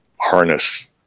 harness